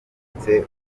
ibitse